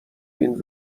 این